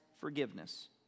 forgiveness